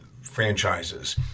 franchises